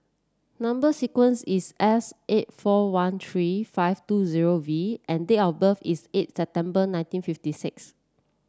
number sequence is S eight four one three five two zero V and date of birth is eight September nineteen fifty six